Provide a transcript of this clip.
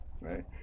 Right